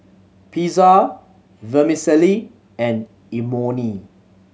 Pizza Vermicelli and Imoni